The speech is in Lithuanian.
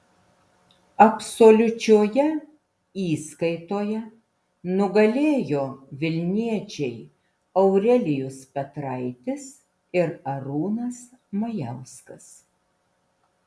absoliučioje įskaitoje nugalėjo vilniečiai aurelijus petraitis ir arūnas majauskas